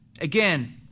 again